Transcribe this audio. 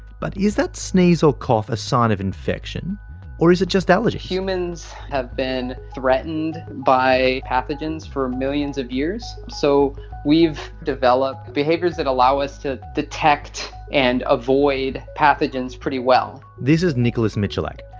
but is that sneeze or cough a sign of infection or is it just allergies? humans have been threatened by pathogens for millions of years. so we've developed behaviours that allow us to detect and avoid pathogens pretty well. this is nicholas michalak.